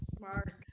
Mark